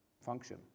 function